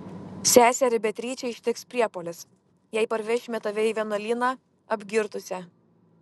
seserį beatričę ištiks priepuolis jei parvešime tave į vienuolyną apgirtusią